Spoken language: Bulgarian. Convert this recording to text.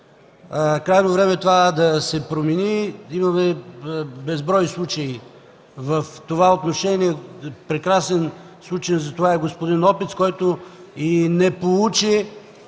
Крайно време е това да се промени. Имаме безброй случаи в това отношение. Прекрасен случай за това е господин Опиц, който не получи